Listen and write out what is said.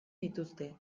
dituzte